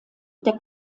der